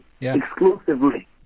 exclusively